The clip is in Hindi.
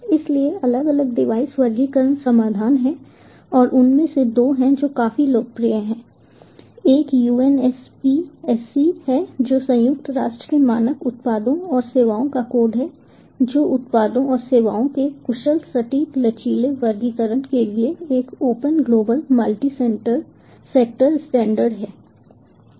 इसलिए अलग अलग डिवाइस वर्गीकरण समाधान हैं और उनमें से दो हैं जो काफी लोकप्रिय हैं एक UNSPSC है जो संयुक्त राष्ट्र के मानक उत्पादों और सेवाओं का कोड है जो उत्पादों और सेवाओं के कुशल सटीक लचीले वर्गीकरण के लिए एक open global multi sector standard है